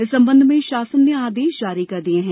इस संबंध में शासन ने आदेश जारी कर दिए हैं